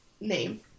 name